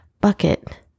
bucket